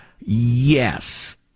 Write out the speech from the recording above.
Yes